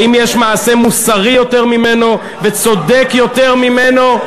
האם יש מעשה מוסרי יותר ממנו וצודק יותר ממנו?